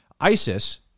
ISIS